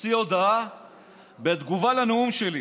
מוציא הודעה בתגובה על הנאום שלי,